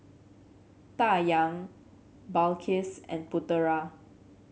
Dayang Balqis and Putera